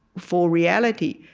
for reality.